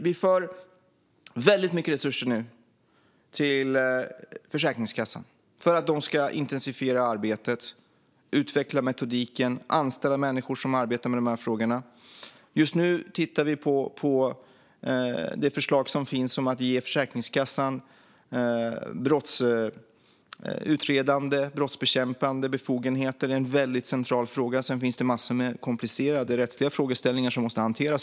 Vi för nu väldigt mycket resurser till Försäkringskassan för att de ska intensifiera arbetet, utveckla metodiken och anställa människor som arbetar med de här frågorna. Just nu tittar vi på det förslag som finns om att ge Försäkringskassan brottsutredande och brottsbekämpande befogenheter. Det är en väldigt central fråga. Sedan finns det massor med komplicerade rättsliga frågeställningar att hantera.